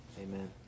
Amen